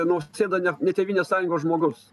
nausėda ne ne tėvynės sąjungos žmogus